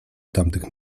tamtych